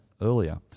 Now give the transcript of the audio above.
earlier